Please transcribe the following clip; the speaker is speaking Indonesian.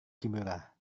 kimura